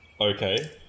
okay